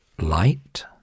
light